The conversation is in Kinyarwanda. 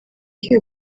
iyo